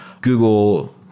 Google